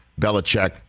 Belichick